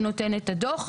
שנותן את הדוח,